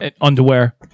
underwear